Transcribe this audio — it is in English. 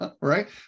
Right